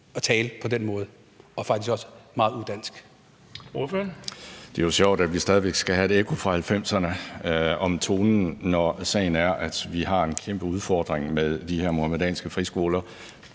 at tale på den måde – og faktisk også meget udansk.